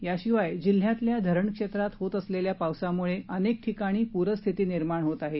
याशिवाय जिल्ह्यातल्या धरण क्षेत्रात होत असलेल्या पावसामुळे अनेक ठिकाणी पूरस्थिती निर्माण होत आहे